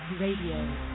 Radio